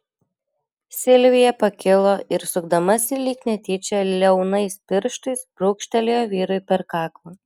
silvija pakilo ir sukdamasi lyg netyčia liaunais pirštais brūkštelėjo vyrui per kaklą